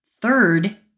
third